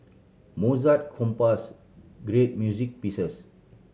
Mozart compose great music pieces